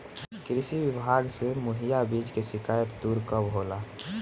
कृषि विभाग से मुहैया बीज के शिकायत दुर कब होला?